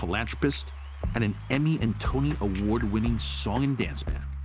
philanthropist, and an emmy and tony-award-winning song and dance man.